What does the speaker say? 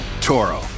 Toro